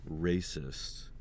racist